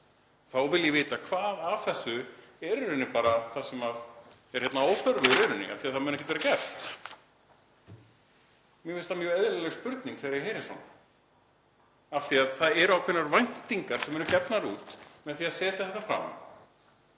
Þá vil ég vita hvað af þessu hérna er að óþörfu í rauninni, af því að það mun ekkert verða gert. Mér finnst það mjög eðlileg spurning þegar ég heyri svona af því að það eru ákveðnar væntingar sem eru gefnar með því að setja þetta fram,